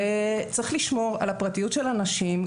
צריך לשמור על הפרטיות של אנשים.